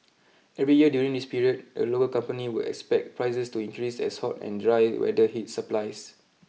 every year during this period a local company would expect prices to increase as hot and dry weather hit supplies